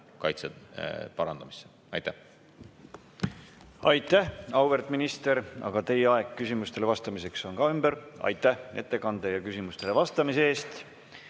kaitse parandamisse. Aitäh, auväärt minister! Teie aeg küsimustele vastamiseks on ümber. Aitäh ettekande ja küsimustele vastamise eest!